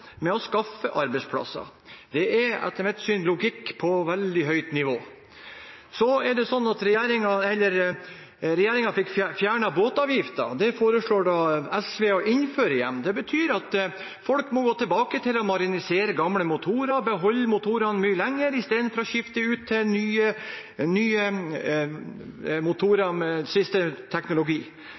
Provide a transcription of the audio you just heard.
med å skaffe arbeidsplasser. Det er etter mitt syn logikk på veldig høyt nivå. Så er det sånn at regjeringen fikk fjernet båtavgiften, og den foreslår SV å innføre igjen. Det betyr at folk må gå tilbake til å marinisere gamle motorer, beholde motorene mye lenger, istedenfor å skifte til nye motorer med siste teknologi.